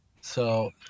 So-